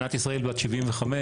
מדינת ישראל בת 75,